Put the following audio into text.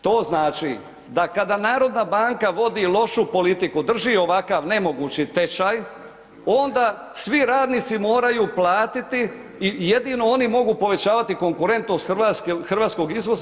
To znači da kada narodna banka vodi lošu politiku, drži ovakav nemogući tečaj, onda svi radnici moraju platiti i jedino oni mogu povećavati konkurentnost hrvatskog izvoza.